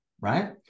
right